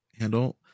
handle